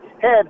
head